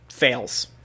Fails